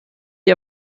die